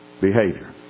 behavior